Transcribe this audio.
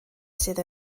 sydd